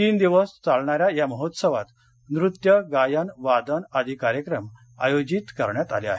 तीन दिवस चालणाऱ्या या महोत्सवात नृत्य गायन वादन आदि कार्यक्रम आयोजित करण्यात आले आहेत